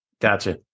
Gotcha